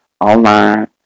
Online